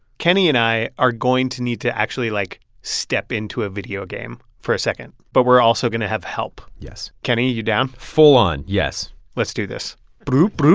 kenny and i are going to need to actually, like, step into a video game for a second, but we're also going to have help yes kenny, you down? full-on, yes let's do this boop,